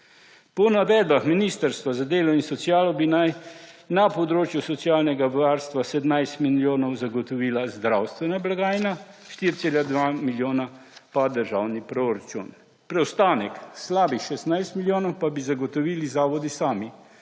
Po navedbah Ministrstva za delo bi naj na področju socialnega varstva 17 milijonov zagotovila zdravstvena blagajna, 4,2 milijona pa državni proračun. Preostanek, slabih 16 milijonov, pa bi zagotovili zavodi sami,